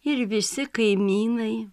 ir visi kaimynai